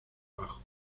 abajo